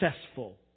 successful